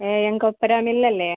ഏ എം കൊപ്രാ മില്ലല്ലേ